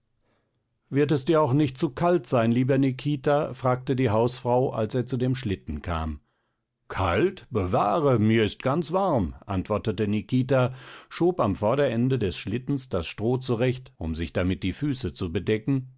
wird es dir auch nicht zu kalt sein lieber nikita fragte die hausfrau als er zu dem schlitten kam kalt bewahre mir ist ganz warm antwortete nikita schob am vorderende des schlittens das stroh zurecht um sich damit die füße zu bedecken